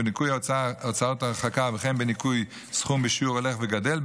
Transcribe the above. בניכוי הוצאות ההרחקה וכן בניכוי סכום בשיעור הולך וגדל,